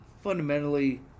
Fundamentally